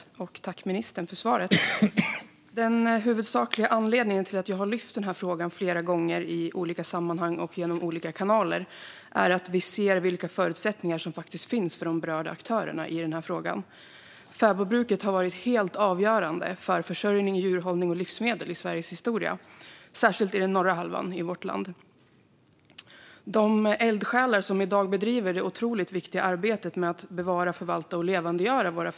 har frågat mig om jag och regeringen avser att vidta några åtgärder för att understödja arbetet med att bevara det immateriella kulturarvet och den biologiska mångfalden i fäbodmiljöer. Det finns många värdefulla fäbodmiljöer i Sverige och hela 200 aktiva fäbodbrukare i landet, från Uppland i söder till Lappland i norr.